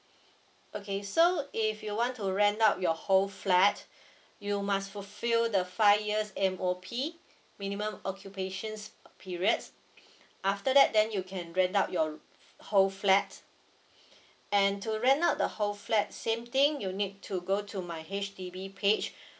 okay so if you want to rent out your whole flat you must fulfil the five years M_O_P minimum occupations periods after that then you can rent out your whole flat and to rent out the whole flat same thing you need to go to my H_D_B page